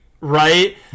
Right